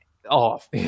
off